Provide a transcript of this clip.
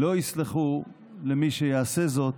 לא יסלחו למי שיעשה זאת,